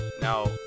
now